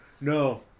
no